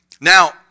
Now